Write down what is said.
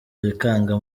bikanga